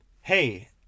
Hey